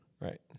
Right